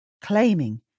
claiming